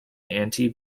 anti